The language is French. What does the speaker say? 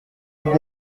êtes